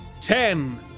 Ten